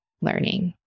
learning